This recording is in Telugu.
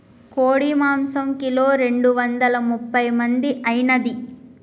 కోడి మాంసం కిలో రెండు వందల ముప్పై మంది ఐనాది